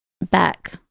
back